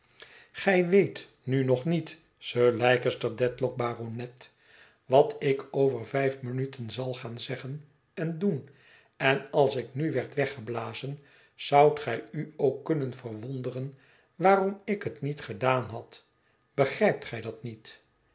gij weet nu nog niet sir leicester dedlock baronet wat ik over vijf minuten zal gaan zeggen en doen en als ik nu werd weggeblazen zoudt gij u ook kunnen verwonderen waarom ik het niet gedaan had begrijpt gij dat niet